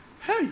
hey